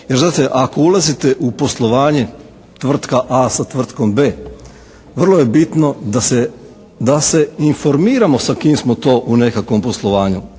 jer znate ako ulazite u poslovanje tvrtka A sa tvrtkom B vrlo je bitno da se informiramo sa kim smo to u nekakvom poslovanju.